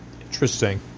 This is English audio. Interesting